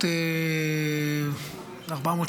זו תוכנית גדולה,